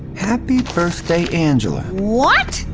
happy birthday, angela what!